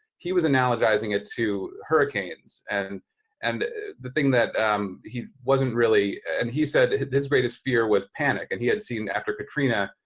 he was analogizing it to hurricanes. and and the thing that um he wasn't really, and he said his greatest fear was panic. and he had seen after katrina,